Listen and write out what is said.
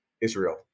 Israel